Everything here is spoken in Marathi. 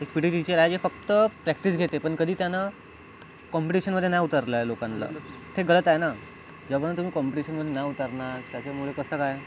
एक पी टी टीचर आहे जे फक्त प्रॅक्टिस घेते पण कधी त्यांना कॉम्पिटीशनमध्ये नाही उतरलंय लोकांना हे गलत आहे ना जेव्हापर्यन्त तुम्ही कॉम्पिटीशनमध्ये नाही उतरणार त्याच्यामुळे कसं काय